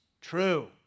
true